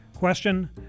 question